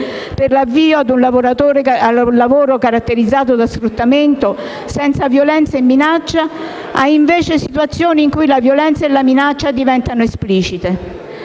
per l'avvio a un lavoro caratterizzato da sfruttamento senza violenza e minaccia a, invece, situazioni in cui la violenza e la minaccia diventano esplicite.